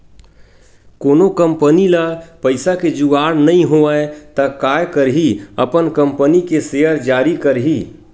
कोनो कंपनी ल पइसा के जुगाड़ नइ होवय त काय करही अपन कंपनी के सेयर जारी करही